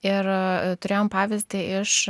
ir turėjom pavyzdį iš